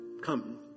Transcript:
Come